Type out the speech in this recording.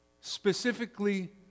specifically